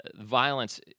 Violence